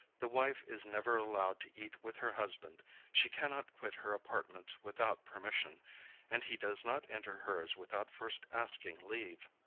the wife is never allowed to eat with her husband she cannot quit her apartments without permission and he does not enter hers without first asking leave.